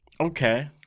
Okay